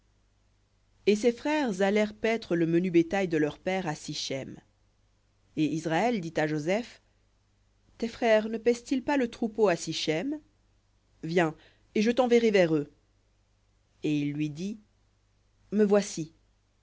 et ses frères allèrent paître le menu bétail de leur père à sichem et israël dit à joseph tes frères ne paissent ils pas à sichem viens et je t'enverrai vers eux et il lui dit me voici